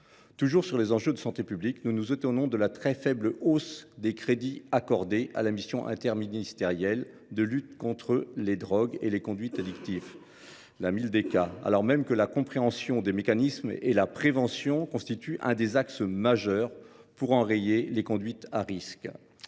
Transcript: Toujours sur les enjeux de santé publique, nous nous étonnons de la très faible hausse des crédits accordés à la mission interministérielle de lutte contre les drogues et les conduites addictives (Mildeca), alors même que la compréhension des mécanismes et la prévention constituent un des axes majeurs pour enrayer les conduites à risque.